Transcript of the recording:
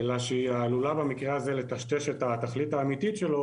אלא שהיא עלולה במקרה הזה לטשטש את התכלית האמיתית שלו